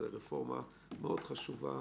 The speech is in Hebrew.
זאת רפורמה מאוד חשובה